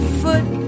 foot